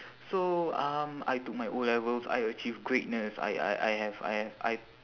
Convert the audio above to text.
so um I took my O-levels I achieve greatness I I I have I have I